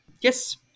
Yes